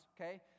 okay